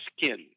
skin